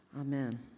Amen